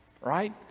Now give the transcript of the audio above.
right